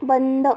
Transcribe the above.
बंद